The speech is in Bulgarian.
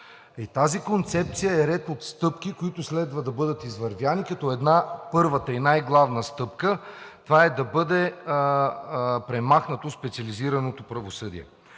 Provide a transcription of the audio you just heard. тази концепция е ред от стъпки, които следва да бъдат извървени, като първата и най-главната стъпка е да бъде премахнато специализираното правосъдие.